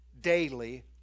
Daily